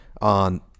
on